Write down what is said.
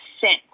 sent